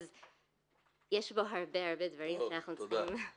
אז יש בו הרבה דברים שאנחנו צריכים --- תודה.